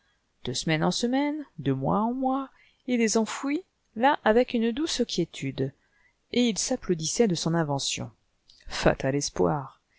de semaine en semaine demoisen mois il les enfouit là avec une douce quiétude et il s'applaudissait de son invention